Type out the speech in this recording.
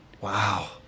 Wow